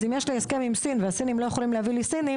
אז אם יש לי הסכם עם סין והסינים לא יכולים להביא לי סינים,